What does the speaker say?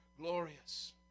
glorious